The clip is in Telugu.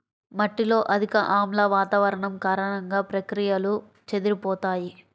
మట్టిలో అధిక ఆమ్ల వాతావరణం కారణంగా, ప్రక్రియలు చెదిరిపోతాయి